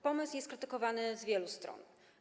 Pomysł jest krytykowany z wielu stron.